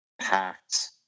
packed